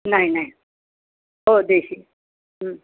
नाही नाही हो देशी